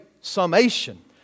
summation